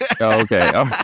Okay